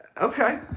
Okay